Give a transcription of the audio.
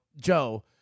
Joe